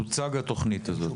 שתוצג התוכנית הזאת.